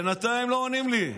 בינתיים לא עונים לי,